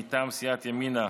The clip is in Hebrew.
מטעם סיעת ימינה,